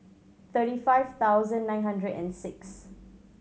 thirty five thousand nine hundred and six